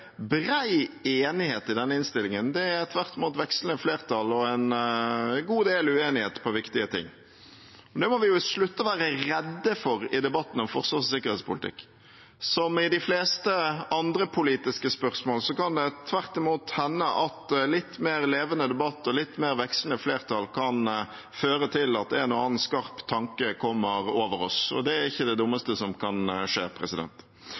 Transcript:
må vi slutte å være redde for i debatten om forsvars- og sikkerhetspolitikk. Som i de fleste andre politiske spørsmål kan det tvert imot hende at litt mer levende debatt og litt mer vekslende flertall kan føre til at en og annen skarp tanke kommer over oss. Det er ikke det dummeste som kan skje,